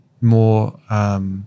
more –